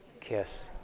kiss